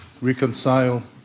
reconcile